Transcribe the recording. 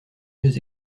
mieux